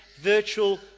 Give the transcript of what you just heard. virtual